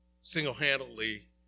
single-handedly